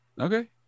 Okay